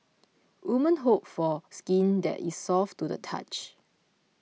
women hope for skin that is soft to the touch